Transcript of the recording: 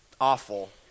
awful